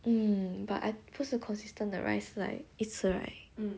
um but I 不是 consistent 的 right 是 like 一次的 right